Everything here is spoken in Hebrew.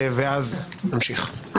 ואז נמשיך.